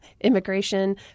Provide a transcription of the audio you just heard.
immigration